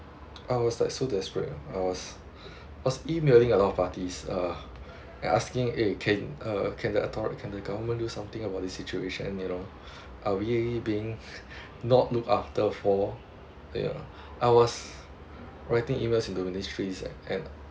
I was like so desperate uh uh emailing a lot of parties uh and asking eh can uh can the authori~ can the government do something about the situation you know are we being not look after for you know I was writing emails in to ministries and